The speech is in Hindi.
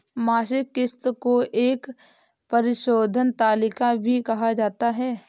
मासिक किस्त को एक परिशोधन तालिका भी कहा जाता है